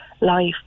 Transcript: life